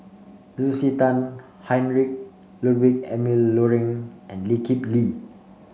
Lucy Tan Heinrich Ludwig Emil Luering and Lee Kip Lee